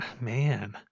man